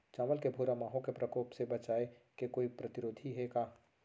चांवल के भूरा माहो के प्रकोप से बचाये के कोई प्रतिरोधी हे का?